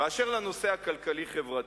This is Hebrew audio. ואשר לנושא הכלכלי-החברתי.